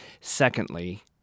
secondly